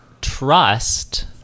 trust